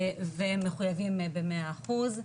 והם מחויבים ב-100%,